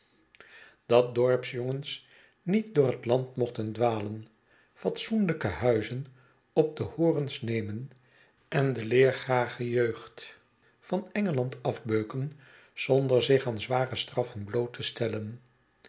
dat dorpsjongens niet door het land mochten dwalen fatsoenlijke huizen op de horens nemen en de leergrage jeugd vanengeland afbeuken zonder zich aan zware straiten bloot te stellen